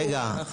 רגע.